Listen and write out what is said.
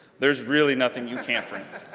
there's really nothing you can't print.